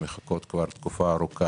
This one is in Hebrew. שמחכות לאישור כבר תקופה ארוכה.